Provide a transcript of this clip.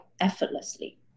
effortlessly